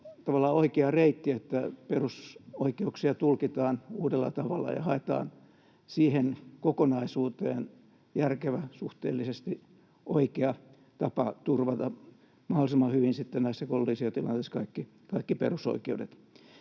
oikea reitti, että perusoikeuksia tulkitaan uudella tavalla ja haetaan siihen kokonaisuuteen järkevä, suhteellisesti oikea tapa turvata mahdollisimman hyvin sitten näissä kollisiotilanteissa kaikki perusoikeudet.